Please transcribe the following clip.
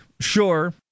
sure